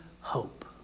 hope